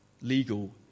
legal